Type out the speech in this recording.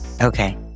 Okay